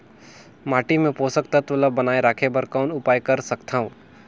माटी मे पोषक तत्व ल बनाय राखे बर कौन उपाय कर सकथव?